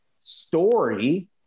story